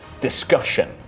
discussion